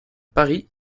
paris